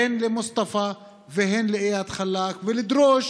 הן עם מוסטפא והן עם איאד אלחלאק, לדרוש